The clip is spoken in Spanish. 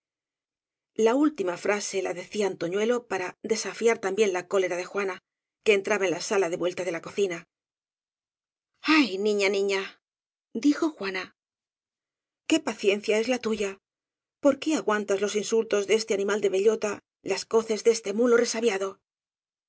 la última frase la decía antoñuelo para desafiar también la cólera de juana que entraba en la sala de vuelta de la cocina hay niña niña dijo juana qué pacien cia es la tuya por qué aguantas los insultos de este animal de bellota las coces de este mulo